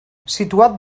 situat